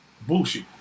bullshit